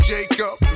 Jacob